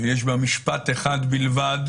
יש בה משפט אחד בלבד,